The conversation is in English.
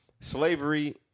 Slavery